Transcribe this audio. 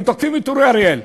הם תוקפים את אורי אריאל.